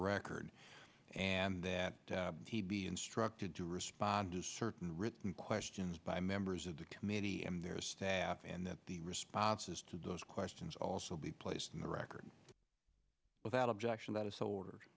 record and that he be instructed to respond to certain written questions by members of the committee and their staff and that the responses to those questions also be placed on the record without objection